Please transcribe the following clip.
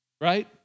right